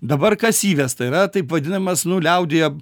dabar kas įvesta yra taip vadinamas nu liaudyje